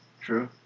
True